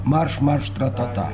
marš marš tra ta ta